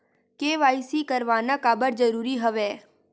KYC करवाना काबर जरूरी हवय?